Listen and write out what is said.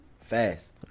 fast